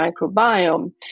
microbiome